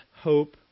hope